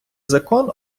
закон